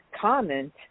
comment